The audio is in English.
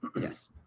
Yes